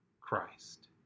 Christ